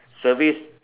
service